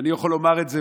ואני יכול לומר את זה,